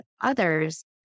others